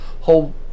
whole